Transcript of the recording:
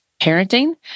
parenting